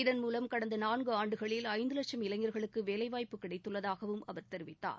இதன்மூலம் கடந்த நான்கு ஆண்டுகளில் ஐந்து லட்சம் இளைஞர்களுக்கு வேலைவாய்ப்பு கிடைத்துள்ளதாகவும் அவர் தெரிவித்தார்